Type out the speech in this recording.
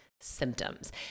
symptoms